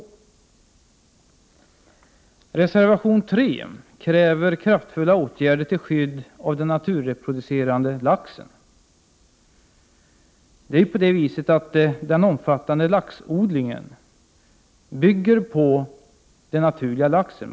I reservation 3 krävs kraftfulla åtgärder till skydd för den naturreproducerade laxen. Den omfattande laxodlingen bygger på den naturliga laxen.